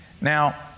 Now